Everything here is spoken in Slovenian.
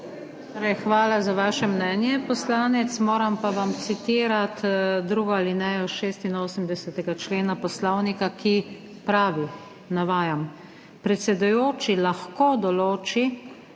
hvala za vaše mnenje, poslanec, moram pa vam citirati drugo alinejo 86. člena Poslovnika, ki pravi, navajam, »predsedujoči lahko določi